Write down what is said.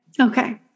Okay